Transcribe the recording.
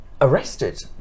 arrested